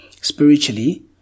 Spiritually